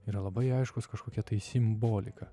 yra labai aiškus kažkokia tai simbolika